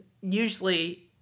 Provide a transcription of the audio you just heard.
usually